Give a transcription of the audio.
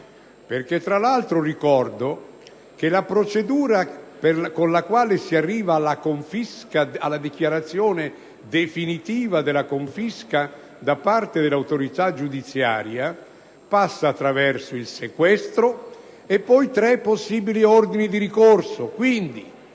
Tra l'altro, la procedura con la quale si arriva alla dichiarazione definitiva della confisca da parte dell'autorità giudiziaria passa attraverso il sequestro e poi tre possibili ordini di ricorso.